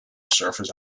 service